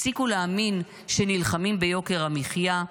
הפסיקו להאמין שנלחמים ביוקר המחיה,